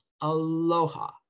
Aloha